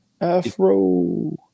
Afro